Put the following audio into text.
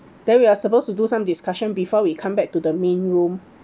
then we are supposed to do some discussion before we come back to the main room